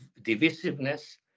divisiveness